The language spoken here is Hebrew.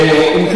אם כן,